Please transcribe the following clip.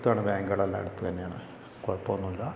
അടുത്താണ് ബാങ്കുകളെല്ലാം അടുത്ത് തന്നെയാണ് കുഴപ്പൊന്നുമില്ല